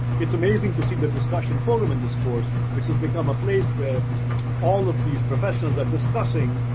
it's amazing to see the discussion forum in this course, which has become a place where all of these professionals are discussing.